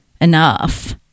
enough